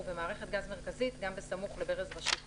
ובמערכת גז מרכזית- גם בסמוך לברז ראשי קומתי,